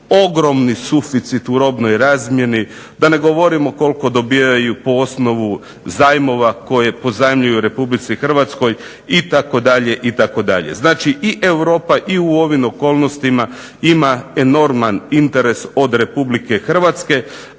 ogromni suficit u robnoj razmjeni, da ne govorim koliko dobivaju po osnovu zajmova koje pozajmljuju RH itd. Znači i Europa i u ovom okolnostima ima enorman interes od RH, ali ja